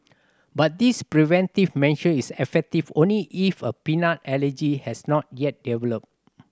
but this preventive measure is effective only if a peanut allergy has not yet developed